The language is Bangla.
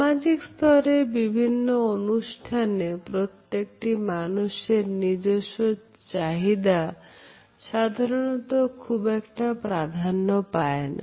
সামাজিক স্তরে বিভিন্ন অনুষ্ঠানে প্রত্যেকটি মানুষের নিজস্ব চাহিদা সাধারণত খুব একটা প্রাধান্য পায় না